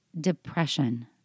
depression